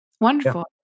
Wonderful